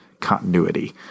continuity